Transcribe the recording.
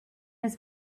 his